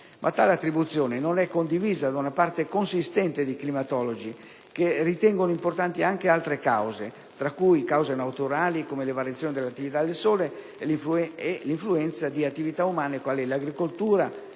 Ma tale attribuzione non è condivisa da una parte consistente di climatologi, che ritengono importanti anche altre cause, tra cui cause naturali, come le variazioni dell'attività del sole e l'influenza di attività umane, quali l'agricoltura,